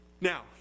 Now